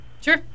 Sure